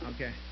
Okay